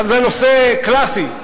זה נושא קלאסי,